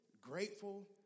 grateful